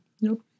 Nope